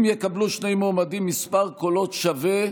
אם יקבלו שני מועמדים מספר קולות שווה,